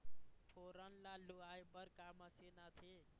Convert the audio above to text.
फोरन ला लुआय बर का मशीन आथे?